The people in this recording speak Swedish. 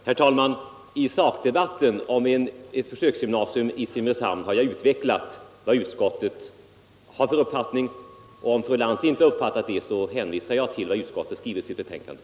Herr talman! I sakdebatten om ett försöksgymnasium i Simrishamn har jag utvecklat vad utskottet har för uppfattning. Om fru Lantz inte har uppfattat det, så hänvisar jag till vad utskottet har skrivit i betänkandet.